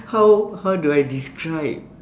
how how do I describe